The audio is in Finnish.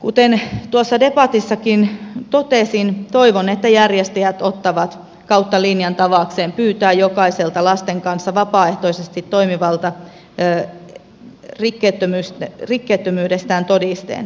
kuten tuossa debatissakin totesin toivon että järjestäjät ottavat kautta linjan tavakseen pyytää jokaiselta lasten kanssa vapaaehtoisesti toimivalta rikkeettömyydestään todisteen